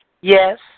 Yes